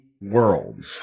world